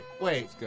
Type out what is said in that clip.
Wait